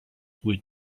would